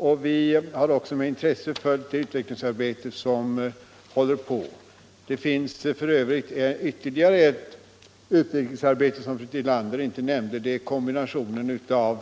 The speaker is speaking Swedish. och vi har med intresse följt det utvecklingsarbete som pågår. Det finns f. ö. ytterligare ett utvecklingsarbete, som fru Tillander inte nämnde, nämligen kombinationen av